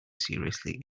seriously